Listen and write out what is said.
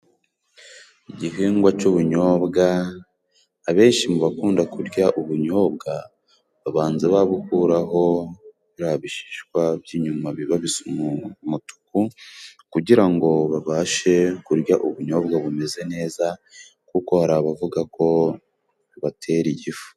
Igihingwa cy'ubunyobwa abenshi mu bakunda kurya ubunyobwa, babanza babukuraho biriya bishishwa by'inyuma biba bisa umu umutuku, kugira ngo babashe kurya ubunyobwa bumeze neza kuko hari abavuga ko bibatera igifu.